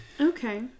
Okay